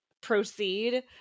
proceed